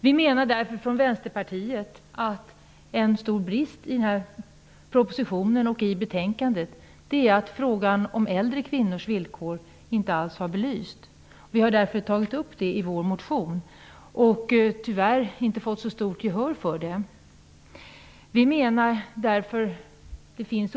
Vi i Vänsterpartiet menar därför att det är en stor brist i propositionen och betänkandet att frågan om äldre kvinnors villkor inte alls har belysts. Vi har därför tagit upp detta i vår motion, men tyvärr inte fått så stort gehör för det.